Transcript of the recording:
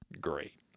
great